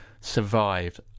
survived